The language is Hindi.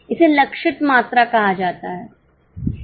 इसे लक्षित मात्रा कहा जाता है